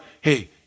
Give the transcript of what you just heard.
hey